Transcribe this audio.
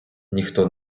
ніхто